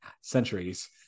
centuries